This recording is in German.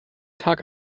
tag